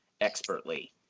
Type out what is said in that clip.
expertly